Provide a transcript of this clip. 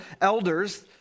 elders